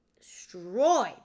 Destroyed